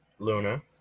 Luna